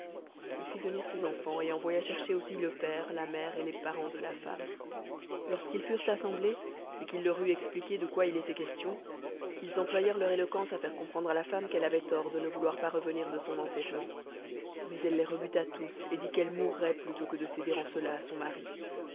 il fit venir ses enfants et envoya chercher aussi le père la mère et les parents de la femme lorsqu'ils furent assemblés et qu'il leur eut expliqué de quoi il était question ils employèrent leur éloquence à faire comprendre à la femme qu'elle avait tort de ne vouloir pas revenir de son entêtement mais elle les rebuta tous et dit qu'elle mourrait plutôt que de céder en cela à son mari